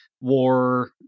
war